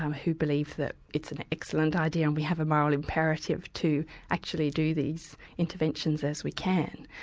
who believe that it's an excellent idea, and we have a moral imperative to actually do these interventions as we can.